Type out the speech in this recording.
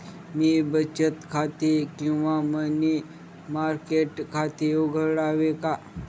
मी बचत खाते किंवा मनी मार्केट खाते उघडावे का?